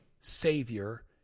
savior